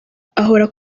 ahora